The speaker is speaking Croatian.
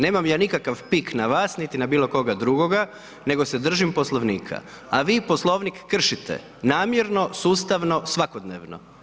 Nemam ja nikakav pik na vas niti na bilo koga drugoga, nego se držim Poslovnika, a vi Poslovnik kršite namjerno, sustavno, svakodnevno.